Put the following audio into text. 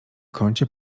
kącie